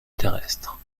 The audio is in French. terrestre